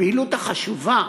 הפעילות החשובה